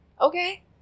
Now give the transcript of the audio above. Okay